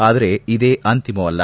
ಆದರೆ ಇದೇ ಅಂತಿಮವಲ್ಲ